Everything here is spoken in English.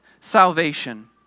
salvation